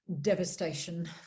devastation